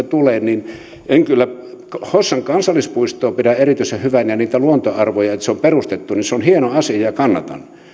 tule hossan kansallispuistoa pidän erityisen hyvänä ja niitä luontoarvoja se että se on perustettu on hieno asia ja ja kannatan